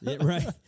Right